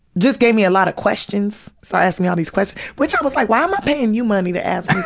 just gave me a lot of questions, so asked me all these questions which i was like, why am i paying you money to ask